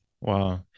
wow